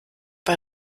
bei